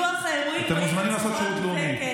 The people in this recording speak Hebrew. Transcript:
אתם מוזמנים לעשות שירות לאומי.